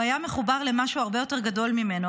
הוא היה מחובר למשהו הרבה יותר גדול ממנו,